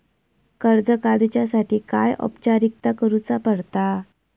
कर्ज काडुच्यासाठी काय औपचारिकता करुचा पडता?